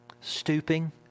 Stooping